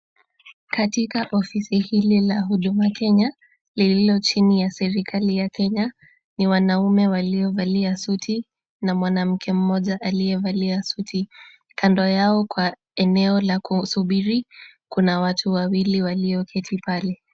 Katika ofisi hili la Huduma Kenya, lililochini ya serikali ya Kenya, ni wanaume walivalia suti na mwanamke mmoja aliyevalia suti. Kando yao kwa eneo la kusubiria kuna watu wawii walioketi pale.